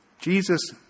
Jesus